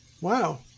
wow